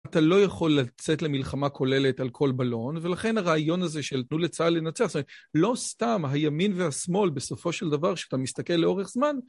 אתה לא יכול לצאת למלחמה כוללת על כל בלון, ולכן הרעיון הזה של תנו לצהל לנצח, זאת אומרת, לא סתם הימין והשמאל בסופו של דבר כשאתה מסתכל לאורך זמן,